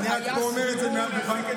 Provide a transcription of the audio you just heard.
הייתה מידת הסבירות?